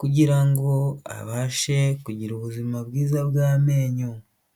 kugira ngo abashe kugira ubuzima bwiza bw'amenyo.